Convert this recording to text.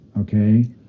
okay